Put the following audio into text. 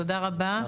תודה רבה.